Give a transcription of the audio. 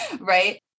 right